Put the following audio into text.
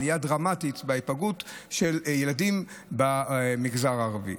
עלייה דרמטית בפגיעה של ילדים במגזר הערבי.